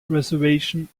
reservation